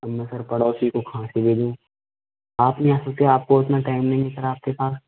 अब मैं सर पड़ोसी को कहाँ से भेजूँ आप नहीं आ सकते आपको उतना टाइम नहीं सर आपके पास